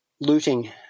looting